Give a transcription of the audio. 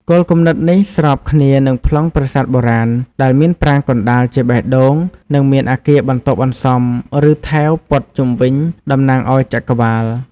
គោលគំនិតនេះស្របគ្នានឹងប្លង់ប្រាសាទបុរាណ ដែលមានប្រាង្គកណ្តាលជាបេះដូង និងមានអគារបន្ទាប់បន្សំ រឺថែវព័ទ្ធជុំវិញ តំណាងឲ្យចក្រវាឡ។